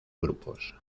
grupos